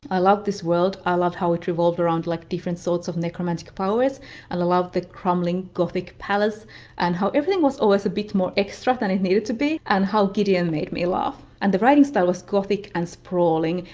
i loved this world, i love how it revolved around like different sorts of necromantic powers, and i loved the crumbling gothic palace and how everything was always a bit more extra than it needed to be, and how gideon made me laugh. and the writing style was gothic and sprawling,